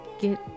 get